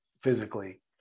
physically